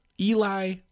Eli